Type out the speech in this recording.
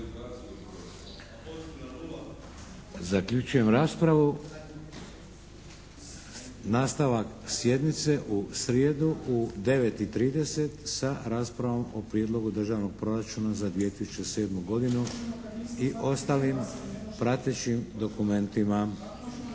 Zaključujem raspravu. Nastavak sjednice u srijedu u 9,30 sa raspravom o Prijedlogu državnog proračuna za 2007. godinu i ostalim pratećim dokumentima.